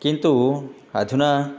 किन्तु अधुना